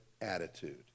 attitude